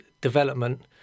development